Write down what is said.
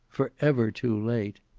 forever too late.